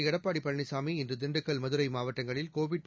எடப்பாடி பழனிசாமி இன்று திண்டுக்கல் மதுரை மாவட்டங்களில் கோவிட்